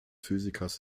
physikers